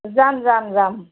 যাম যাম যাম